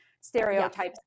stereotypes